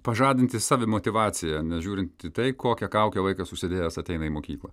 pažadinti savimotyvaciją nežiūrint į tai kokią kaukę vaikas užsidėjęs ateina į mokyklą